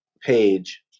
page